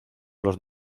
los